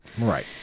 Right